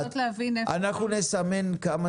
אבל לנסות להבין איפה --- אנחנו נסמן כמה